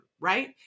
right